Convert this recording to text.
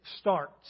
starts